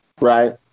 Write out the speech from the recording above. Right